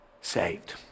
saved